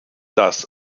dass